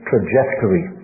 Trajectory